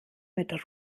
mit